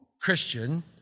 Christian